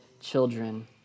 children